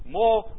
more